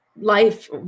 life